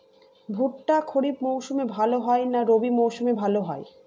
ভুট্টা খরিফ মৌসুমে ভাল হয় না রবি মৌসুমে ভাল হয়?